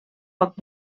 poc